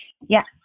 Yes